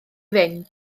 fynd